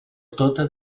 tota